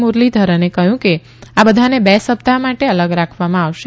મુરલીધરને કહ્યું કે આ બધાને બે સપ્તાહ માટે અલગ રાખવામાં આવશે